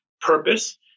purpose